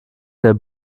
der